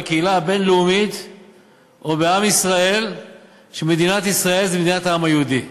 בקהילה הבין-לאומית או בעם ישראל שמדינת ישראל זה מדינת העם היהודי?